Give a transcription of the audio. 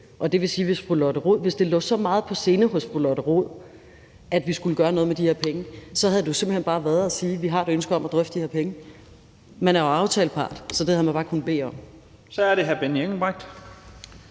Det vil sige, at hvis det lå fru Lotte Rod så meget på sinde, at vi skulle gøre noget med de her penge, havde det jo simpelt hen bare været at sige, at man havde et ønske om at drøfte de her penge. Man er jo aftalepart, så det havde man bare kunnet bede om. Kl. 11:26 Første